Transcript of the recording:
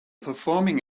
performing